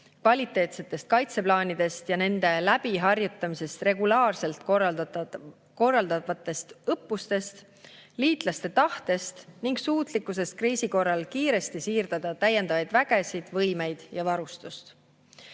kvaliteetsetest kaitseplaanidest ja nende läbiharjutamisest, regulaarselt korraldatavatest õppustest, liitlaste tahtest ning suutlikkusest kriisi korral kiiresti siirdada täiendavaid vägesid, võimeid ja varustust.